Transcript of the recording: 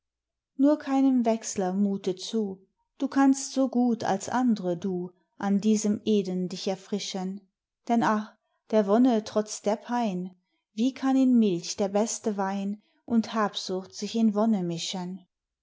nur keinem wechsler muthe zu du kannst so gut als andre du an diesem eden dich erfrischen denn ach der wonne trotzt der pein wie kann in milch der beste wein und habsucht sich in wonne mischen